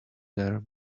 there